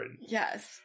Yes